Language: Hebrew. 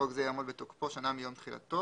חוק זה יעמוד בתוקפו שנה מיום תחילתו